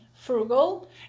frugal